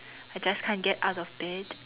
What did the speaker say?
I just can't get out of bed